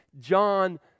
John